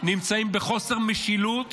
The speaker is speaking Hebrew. נמצאים בחוסר משילות,